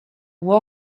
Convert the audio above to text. war